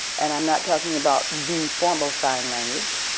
and i'm not talking about the formal sign language.